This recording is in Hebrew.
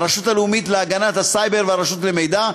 הרשות הלאומית להגנת הסייבר והרשות למשפט,